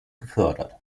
gefördert